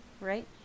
right